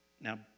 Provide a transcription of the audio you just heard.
Now